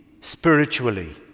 spiritually